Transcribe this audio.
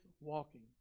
walking